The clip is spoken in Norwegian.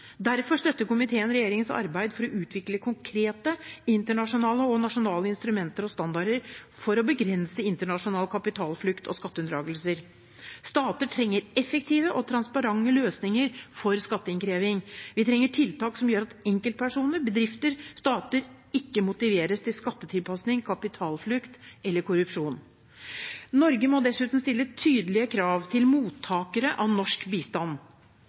Derfor støtter komiteen regjeringens arbeid for å utvikle konkrete internasjonale og nasjonale instrumenter og standarder for å begrense internasjonal kapitalflukt og skatteunndragelser. Stater trenger effektive og transparente løsninger for skatteinnkreving. Vi trenger tiltak som gjør at enkeltpersoner, bedrifter og stater ikke motiveres til skattetilpasning, kapitalflukt eller korrupsjon. Norge må dessuten stille tydelige krav til mottakere av norsk bistand